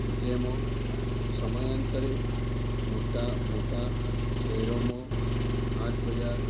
જેમાં સમયાંતરે મોટાં મોટાં શહેરોમાં હાટ બજાર